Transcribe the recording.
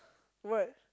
what